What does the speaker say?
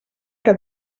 que